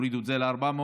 הורידו את זה ל-400.